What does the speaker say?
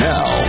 Now